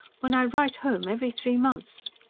when i write home every three months!